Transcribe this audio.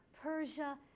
Persia